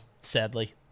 sadly